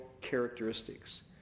characteristics